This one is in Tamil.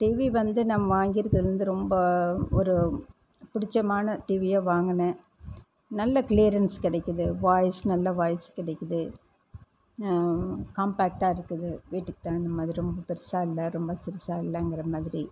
டிவி வந்து நாம் வாங்கியிருக்கிறது வந்து ரொம்ப ஒரு பிடிச்சமான டிவியை வாங்கினேன் நல்ல க்ளியரன்ஸ் கிடைக்குது வாய்ஸ் நல்ல வாய்ஸ் கிடைக்குது காம்பேக்ட்டாக இருக்குது வீட்டுக் தகுந்த மாதிரி ரொம்ப பெருசா இல்லை ரொம்ப சிறுசுசா இல்லைங்கற மாதிரி